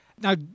Now